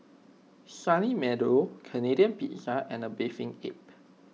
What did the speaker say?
Sunny Meadow Canadian Pizza and A Bathing Ape